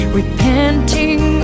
repenting